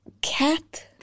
Cat